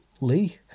Lee